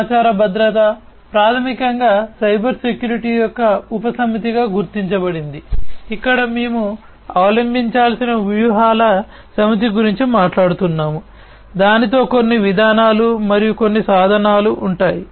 సమాచార భద్రత ప్రాథమికంగా సైబర్ సెక్యూరిటీ యొక్క ఉపసమితిగా గుర్తించబడింది ఇక్కడ మేము అవలంబించాల్సిన వ్యూహాల సమితి గురించి మాట్లాడుతున్నాము దానితో కొన్ని విధానాలు మరియు కొన్ని సాధనాలు ఉంటాయి